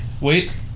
wait